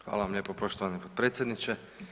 Hvala vam lijepo poštovani potpredsjedniče.